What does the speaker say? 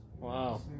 Wow